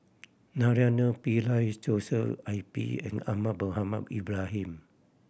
Naraina Pillai Joshua I P and Ahmad Mohamed Ibrahim